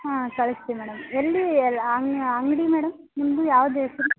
ಹಾಂ ಕಳ್ಸ್ತೀವಿ ಮೇಡಮ್ ಎಲ್ಲಿ ಅಂಗಡಿ ಮೇಡಮ್ ನಿಮ್ಮದು ಯಾವ್ದು ಹೆಸ್ರು